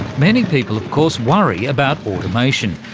many people of course worry about automation,